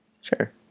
Sure